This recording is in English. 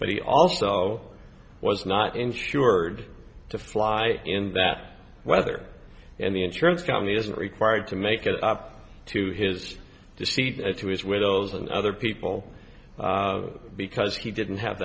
but he also was not insured to fly in that weather and the insurance company isn't required to make it up to his seat and to his widows and other people because he didn't have